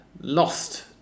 lost